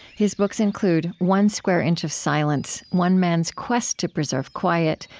his books include one square inch of silence one man's quest to preserve quiet,